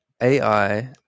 AI